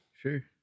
Sure